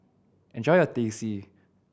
enjoy your Teh C